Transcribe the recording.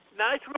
Nice